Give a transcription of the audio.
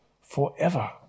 forever